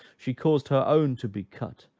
she caused her own to be cut,